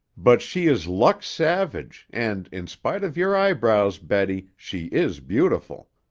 but she is luck's savage and in spite of your eyebrows, betty she is beautiful.